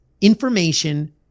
information